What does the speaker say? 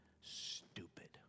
stupid